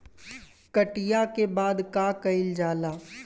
कटिया के बाद का कइल जाला?